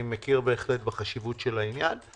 אני מכיר בחשיבות העניין.